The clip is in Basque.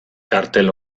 kartel